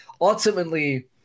ultimately